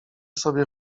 sobie